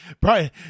Brian